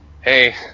Hey